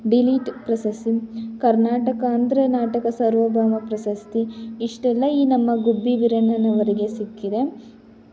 D Litt ಪ್ರಶಸ್ತಿ ಕರ್ನಾಟಕ ಅಂದರೆ ನಾಟಕ ಸರ್ವಭೌಮ ಪ್ರಶಸ್ತಿ ಇಷ್ಟೆಲ್ಲ ಈ ನಮ್ಮ ಗುಬ್ಬಿ ವೀರಣ್ಣನವರಿಗೆ ಸಿಕ್ಕಿದೆ